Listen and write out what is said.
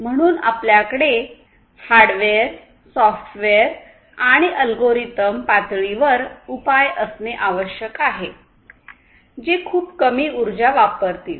म्हणून आपल्याकडे hardware software आणि अल्गोरिदम पातळीवर उपाय असणे आवश्यक आहे जे खूप कमी उर्जा वापरतील